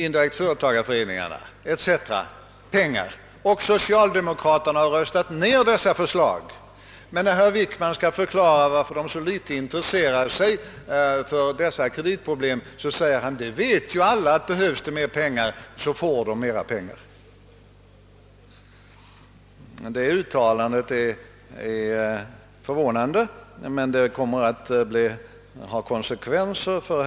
I en del sammanhang hänvisar bankoutskottets flertal till denna praxis. Jag undrar mycket hur majoriteten i bankoutskottet känner sig när man på den avgörande punkten skjuter utredningar åt sidan men på alla möjliga andra punkter mot reservanterna anför att en utredning pågår.